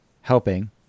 helping